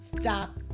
stop